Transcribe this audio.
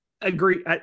agree